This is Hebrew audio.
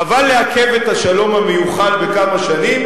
חבל לעכב את השלום המיוחל בכמה שנים.